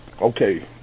Okay